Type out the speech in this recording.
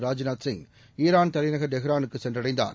Rajnath Singh ஈரான்தலைநகர்டெஹ்ரானுக்குசென்றடைந்தார்